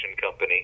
company